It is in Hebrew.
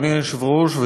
אדוני היושב-ראש,